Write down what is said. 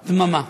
דממה.